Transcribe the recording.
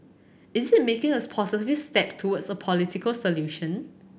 is it making a positive step towards a political solution